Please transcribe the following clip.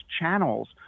channels